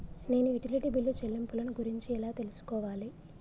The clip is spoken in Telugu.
నేను యుటిలిటీ బిల్లు చెల్లింపులను గురించి ఎలా తెలుసుకోవాలి?